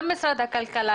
גם משרד הכלכלה,